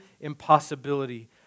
impossibility